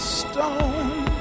stone